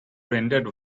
rendered